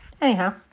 anyhow